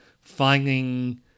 finding